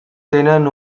tenen